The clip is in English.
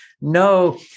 no